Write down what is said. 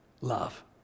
love